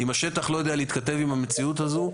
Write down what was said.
אם השטח לא יודע להתכתב עם המציאות הזאת,